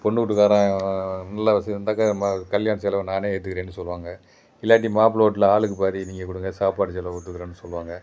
பொண்ணு வீட்டுகாரன் நல்லா வசதியாக இருந்தாக்கால் ம கல்யாண செலவை நானே ஏற்றுக்குறேன்னு சொல்வாங்க இல்லாட்டி மாப்ளை வீட்டில் ஆளுக்கு பாதி நீங்கள் கொடுங்க சாப்பாடு செலவு ஒத்துக்கிறேன்னு சொல்வாங்க